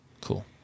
Cool